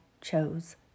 chose